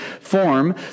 form